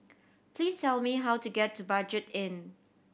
please tell me how to get to Budget Inn